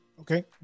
okay